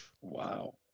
Wow